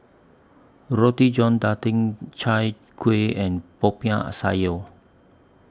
Roti John Daging Chai Kuih and Popiah Sayur